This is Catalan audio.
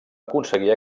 aconseguir